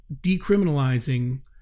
decriminalizing